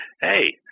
hey –